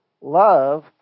Love